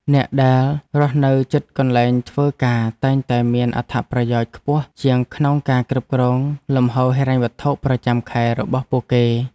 អ្នកដែលរស់នៅជិតកន្លែងធ្វើការតែងតែមានអត្ថប្រយោជន៍ខ្ពស់ជាងក្នុងការគ្រប់គ្រងលំហូរហិរញ្ញវត្ថុប្រចាំខែរបស់ពួកគេ។